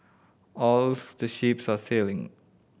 all the ships are sailing